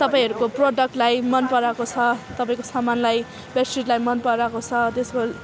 तपाईँहरूको प्रोडक्टलाई मनपराएको छ तपाईँको सामानलाई बेडसिटलाई मनपराएको छ त्यसको